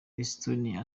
estonia